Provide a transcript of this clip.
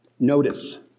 Notice